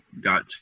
got